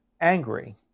angry